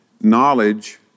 knowledge